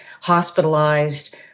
hospitalized